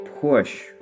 push